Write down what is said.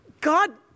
God